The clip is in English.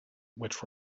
which